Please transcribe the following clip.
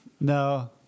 No